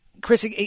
Chris